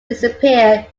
disappear